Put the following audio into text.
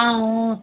ऐं